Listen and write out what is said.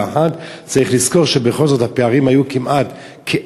צריך לזכור שבכל זאת הפער היה של כ-1,000